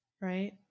right